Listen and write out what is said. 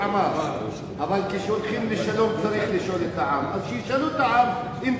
למה לא שואלים את העם כשיוצאים למלחמה,